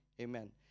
Amen